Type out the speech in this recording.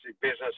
business